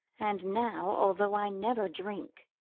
and now, although i never drink,